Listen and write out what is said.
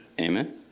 Amen